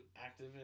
active